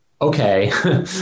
okay